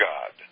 God